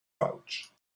pouch